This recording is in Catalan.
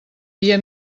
via